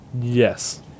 Yes